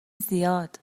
زیاد